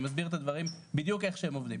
אני מסביר את הדברים בדיוק איך שהם עובדים.